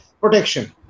protection